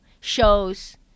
shows